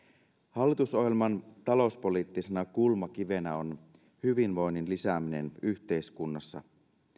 hallitusohjelman talouspoliittisena kulmakivenä on hyvinvoinnin lisääminen yhteiskunnassa